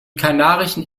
kanarischen